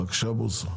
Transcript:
בבקשה, בוסו.